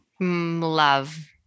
love